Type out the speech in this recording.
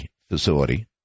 facility